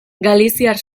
galiziar